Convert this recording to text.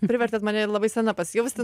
privertėt mane labai sena pasijausti